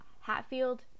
Hatfield